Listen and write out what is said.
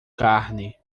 carne